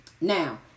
Now